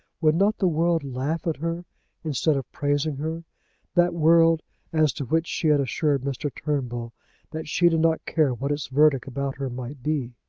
would not the world laugh at her instead of praising her that world as to which she had assured mr. turnbull that she did not care what its verdict about her might be?